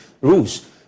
rules